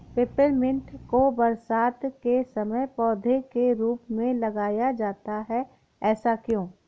Peppermint को बरसात के समय पौधे के रूप में लगाया जाता है ऐसा क्यो?